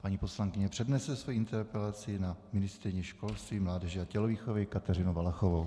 Paní poslankyně, předneste svoji interpelaci na ministryni školství, mládeže a tělovýchovy Kateřinu Valachovou.